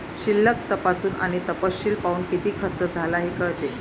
शिल्लक तपासून आणि तपशील पाहून, किती खर्च झाला हे कळते